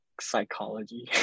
Psychology